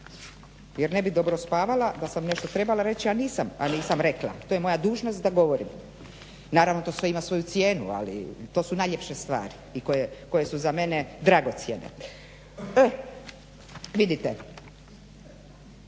jer ne bih dobro spavala da sam nešto trebala reći, a nisam rekla. To je moja dužnost da govorim. Naravno to sve ima svoju cijenu ali to su najljepše stvari koje su za mene dragocjene. Vidite